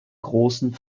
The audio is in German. großen